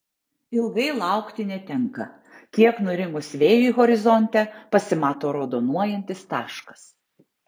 ilgai laukti netenka kiek nurimus vėjui horizonte pasimato raudonuojantis taškas